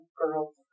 girls